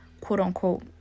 quote-unquote